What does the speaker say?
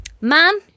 mom